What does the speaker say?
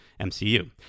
MCU